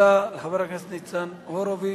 תודה לחבר הכנסת ניצן הורוביץ.